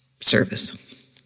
service